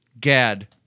Gad